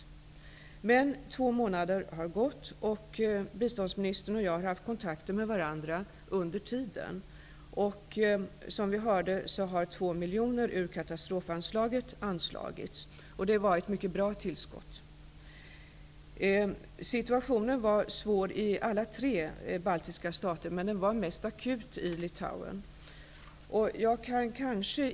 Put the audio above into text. Sedan jag lämnade in min interpaellation har det som sagt gått två månader, och biståndsministern och jag har haft kontakter med varandra under tiden. Som vi hörde har två miljoner ur katastrofanslaget anslagits. Det var ett mycket bra tillskott. Situationen var svår i alla tre baltiska stater, men den var mest akut i Tallinn.